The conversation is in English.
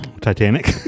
Titanic